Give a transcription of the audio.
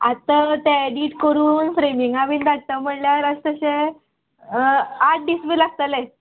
आतां ते एडीट करून फ्रेमिंगा बीन धाडटा म्हळ्ळ्यार अश तशे आठ दीस बी लागतले